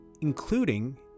including